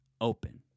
open